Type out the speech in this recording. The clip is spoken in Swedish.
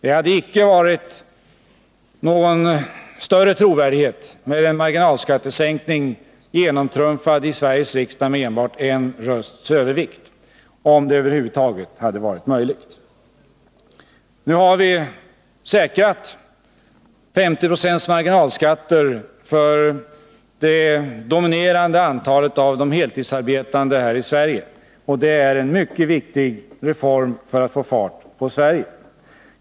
Det hade inte varit trovärdigt med en marginalskattesänkning genomtrumfad i Sveriges riksdag med en rösts övervikt — om det över huvud taget hade varit möjligt. Nu har vi säkrat en marginalskatt på 50 20 för det dominerande antalet heltidsarbetande i Sverige, och det är en mycket viktig reform för att få fart på Sverige.